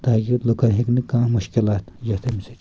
تاکہِ لُکن ہیٚکہِ نہٕ کانٛہہ مشکِلات یتھ امہِ سۭتۍ